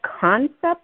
concept